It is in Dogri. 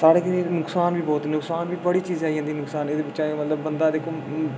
नुक्सान बी बहुत ऐ नुक्सान बी बड़ी चीजां आई जंदियां नुक्सान दे बिच मतलब बंदा दिक्खो